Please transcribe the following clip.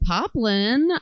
Poplin